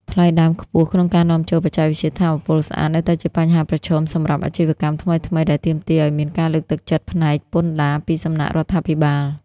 ថ្លៃដើមខ្ពស់ក្នុងការនាំចូលបច្ចេកវិទ្យាថាមពលស្អាត នៅតែជាបញ្ហាប្រឈមសម្រាប់ អាជីវកម្មថ្មីៗ ដែលទាមទារឱ្យមានការលើកទឹកចិត្តផ្នែកពន្ធដារពីសំណាក់រដ្ឋាភិបាល។